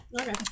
Okay